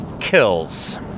kills